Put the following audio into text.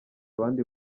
abandi